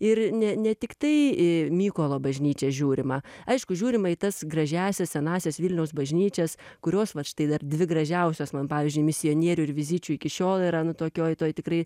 ir ne ne tiktai į mykolo bažnyčią žiūrima aišku žiūrima į tas gražiąsias senąsias vilniaus bažnyčias kurios vat štai dar dvi gražiausios man pavyzdžiui misionierių ir vizičių iki šiol yra nu tokioj toj tikrai